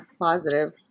positive